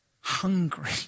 hungry